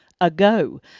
ago